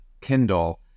Kindle